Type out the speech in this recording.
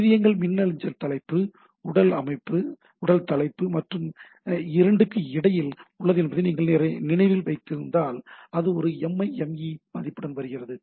இது எங்கள் மின்னஞ்சல் தலைப்பு உடல் தலைப்பு மற்றும் இந்த 2 க்கு இடையில் உள்ளது என்பதை நீங்கள் நினைவில் வைத்திருந்தால் அது ஒரு எம்ஐஎம்ஈ பதிப்புடன் வருகிறது